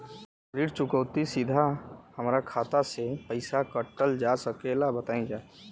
ऋण चुकौती सीधा हमार खाता से पैसा कटल जा सकेला का बताई जा?